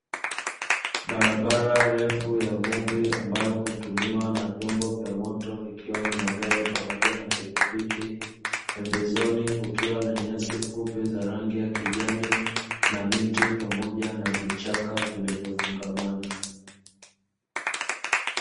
Barabara refu ya vumbi ambayo hutumiwa na vyombo vya moto ikiwa ni magari pamoja na pikipiki, pembezoni kukiwa na nyasi fupi za rangi ya kijani na miti pamoja na vichaka vilivyo fungamana.